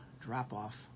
drop-off